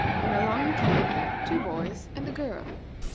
when along came two boys and a girl.